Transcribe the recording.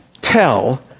tell